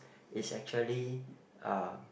it's actually uh